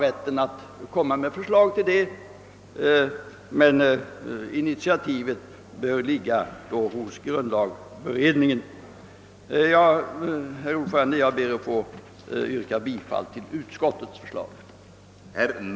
Men utskottet har också velat betona att initiativet bör ligga hos grundlagberedningen. Herr talman! Jag ber att få yrka bifall till utskottets hemställan.